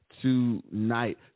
tonight